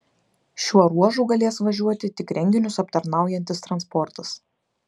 šiuo ruožu galės važiuoti tik renginius aptarnaujantis transportas